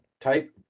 type